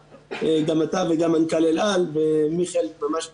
גם אתה וגם מנכ"ל אל על ומיכאל ממש בקצרה.